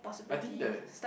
I think the